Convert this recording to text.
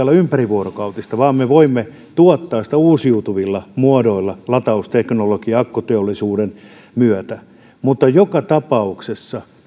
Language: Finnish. olla ympärivuorokautista vaan me voimme tuottaa sähköä uusiutuvilla muodoilla latausteknologian ja akkuteollisuuden myötä mutta joka tapauksessa